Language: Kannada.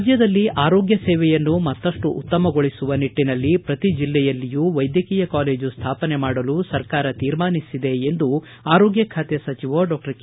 ರಾಜ್ಯದಲ್ಲಿ ಆರೋಗ್ಯ ಸೇವೆಯನ್ನು ಮತ್ತಷ್ಟು ಉತ್ತಮಗೊಳಿಸುವ ನಿಟ್ಟನಲ್ಲಿ ಪ್ರತಿ ಜಿಲ್ಲೆಯಲ್ಲಿಯೂ ವೈದ್ಯಕೀಯ ಕಾಲೇಜು ಸ್ಥಾಪನೆ ಮಾಡಲು ಸರ್ಕಾರ ತೀರ್ಮಾನ ಮಾಡಿದೆ ಎಂದು ಆರೋಗ್ಲ ಖಾತೆ ಸಚಿವ ಡಾಕ್ಷರ್ ಕೆ